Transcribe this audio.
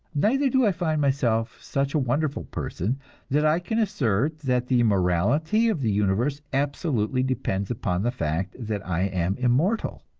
neither do i find myself such a wonderful person that i can assert that the morality of the universe absolutely depends upon the fact that i am immortal.